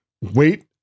wait